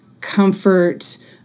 comfort